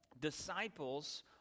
Disciples